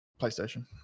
PlayStation